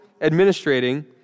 administrating